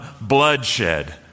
bloodshed